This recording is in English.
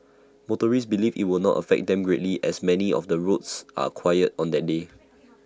motorists believe IT will not affect them greatly as many of the roads are quiet on that day